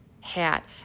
hat